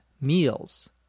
meals